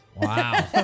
Wow